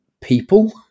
people